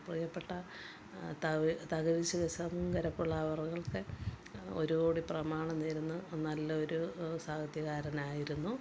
പ്രിയപ്പെട്ട തകഴി തകഴി ശിവശങ്കരപ്പിള്ള അവര്കൾക്ക് ഒരുകോടി പ്രമാണം നേരുന്നു നല്ല ഒരു സാഹിത്യകാരനായിരുന്നു